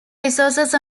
resource